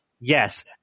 Yes